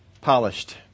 polished